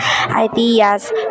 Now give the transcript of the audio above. ideas